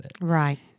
Right